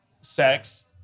sex